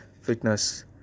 fitness